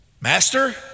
Master